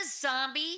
zombie